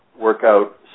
workout